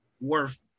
worth